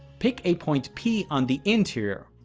pick a point p on the interior.